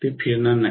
ते फिरणार नाही